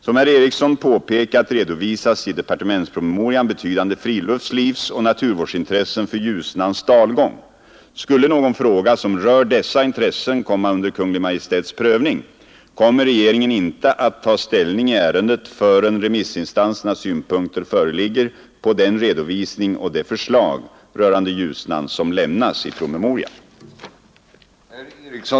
Som herr Eriksson påpekat redovisas i departementspromemorian betydande friluftslivsoch naturvårdsintressen för Ljusnans dalgång. Skulle någon fråga som rör dessa intressen komma under Kungl. Maj:ts prövning, kommer regeringen inte att ta ställning i ärendet förrän remissinstansernas synpunkter föreligger på den redovisning och det förslag rörande Ljusnan som lämnas i promemorian.